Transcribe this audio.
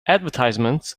advertisements